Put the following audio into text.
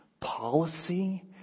policy